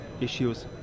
issues